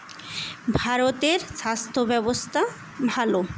ভারতের স্বাস্থ্য ব্যবস্থা ভালো